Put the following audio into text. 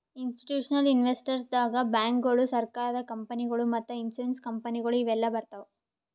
institutional investors ದಾಗ್ ಬ್ಯಾಂಕ್ಗೋಳು, ಸರಕಾರದ ಕಂಪನಿಗೊಳು ಮತ್ತ್ ಇನ್ಸೂರೆನ್ಸ್ ಕಂಪನಿಗೊಳು ಇವೆಲ್ಲಾ ಬರ್ತವ್